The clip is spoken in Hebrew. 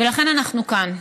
לכן אנחנו כאן.